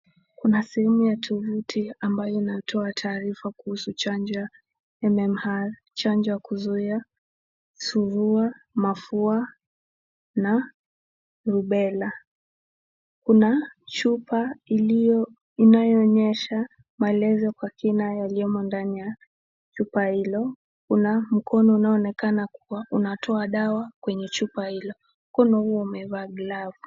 Kuna simu ya tovuti ambayo inatoa taarifa kuhusu chanja imemchanja kuzuia surua, mafua na rubella. Kuna chupa iliyo inayoonyesha maelezo kwa kina yaliyomo ndani ya chupa hilo. Kuna mkono unaoonekana unatoa dawa kwenye chupa hilo. Mkono huo umevaa glavu.